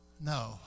No